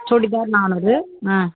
சுடிதார் நானூறு ஆ